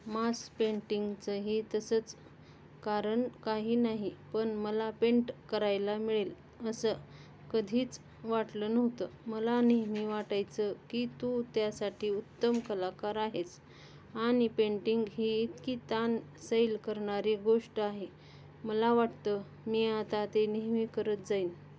मास पेंटिंगचंही तसंच कारण काही नाही पण मला पेंट करायला मिळेल असं कधीच वाटलं नव्हतं मला नेहमी वाटायचं की तू त्यासाठी उत्तम कलाकार आहेस आणि पेंटिंग ही इतकी ताण सैल करणारी गोष्ट आहे मला वाटतं मी आता ते नेहमी करत जाईन